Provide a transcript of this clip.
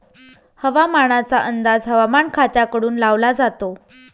हवामानाचा अंदाज हवामान खात्याकडून लावला जातो